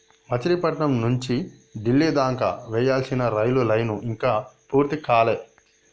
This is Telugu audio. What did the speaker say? మచిలీపట్నం నుంచి డిల్లీ దాకా వేయాల్సిన రైలు లైను ఇంకా పూర్తి కాలే